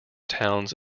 towns